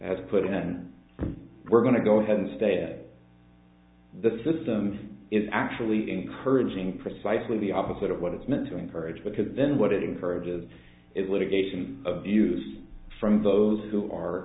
has put in and we're going to go ahead and stay the system is actually encouraging precisely the opposite of what it's meant to encourage because then what it encourages it litigation abuse from those who are